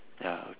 ya